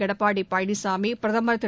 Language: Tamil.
எடப்பாடி பழனிசாமி பிரதமர் திரு